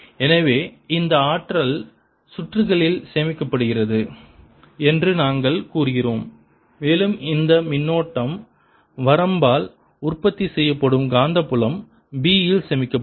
எனவே இந்த ஆற்றல் சுற்றுகளில் சேமிக்கப்படுகிறது என்று நாங்கள் கூறுகிறோம் மேலும் இந்த மின்னோட்டம் வரம்பால் உற்பத்தி செய்யப்படும் காந்தப்புலம் B இல் சேமிக்கப்படும்